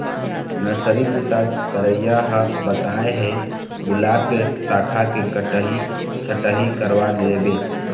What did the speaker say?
nursery बूता करइया ह बताय हे गुलाब के साखा के कटई छटई करवा लेबे